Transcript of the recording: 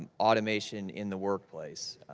um automation in the workplace.